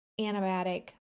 antibiotic